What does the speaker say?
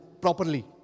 properly